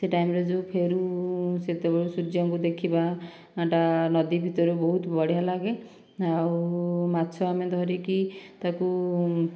ସେହି ଟାଇମରେ ଯେଉଁ ଫେରୁ ସେତେବେଳେ ସୂର୍ଯ୍ୟଙ୍କୁ ଦେଖିବା ସେଇଟା ନଦୀ ଭିତରେ ବହୁତ ବଢ଼ିଆ ଲାଗେ ଆଉ ମାଛ ଆମେ ଧରିକି ତାକୁ